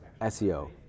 SEO